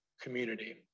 community